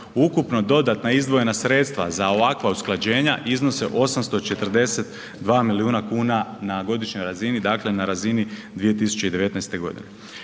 Ukupno dodatno izdvojena sredstva za ovakva usklađenja iznose 842 milijuna kuna na godišnjoj razini, dakle na razini 2019. godine.